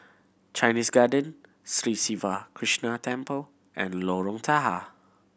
Chinese Garden Sri Siva Krishna Temple and Lorong Tahar